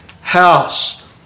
house